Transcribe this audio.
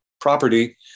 property